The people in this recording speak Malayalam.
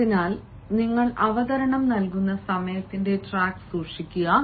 അതിനാൽ നിങ്ങൾ അവതരണം നൽകുന്ന സമയത്തിന്റെ ട്രാക്ക് സൂക്ഷിക്കുക